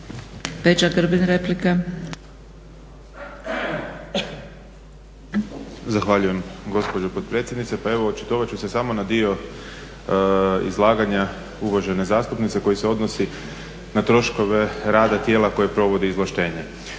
**Grbin, Peđa (SDP)** Zahvaljujem gospođo potpredsjednice. Pa evo očitovat ću se samo na dio izlaganja uvažene zastupnice koji se odnosi na troškove rada tijela koje provodi izvlaštenje.